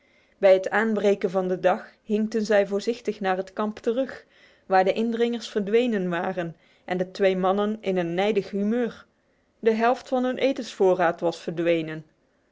bij het aanbreken van de dag hinkten zij voorzichtig naar het kamp terug waar de indringers verdwenen waren en de twee mannen in een nijdig humeur de helft van hun etensvoorraad was verdwenen